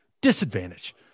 disadvantage